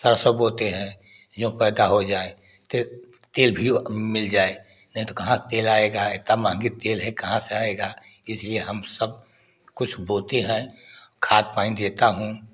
सरसों बोते हैं जो पैदा हो जाए तेल भी मिल जाए नहीं तो कहाँ तेल आएगा इतना महंगी तेल है कहाँ से आएगा इसीलिए हम सब कुछ बोते हैं खाद पानी देता हूँ